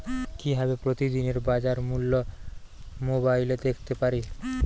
কিভাবে প্রতিদিনের বাজার মূল্য মোবাইলে দেখতে পারি?